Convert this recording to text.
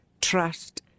trust